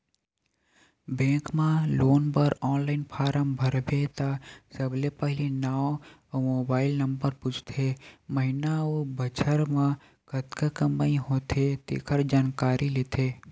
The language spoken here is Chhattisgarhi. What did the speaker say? बेंक म लोन बर ऑनलाईन फारम भरबे त सबले पहिली नांव अउ मोबाईल नंबर पूछथे, महिना अउ बछर म कतका कमई होथे तेखर जानकारी लेथे